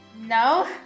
No